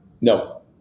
No